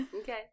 Okay